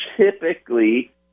typically